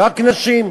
רק נשים,